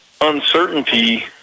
uncertainty